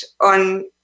on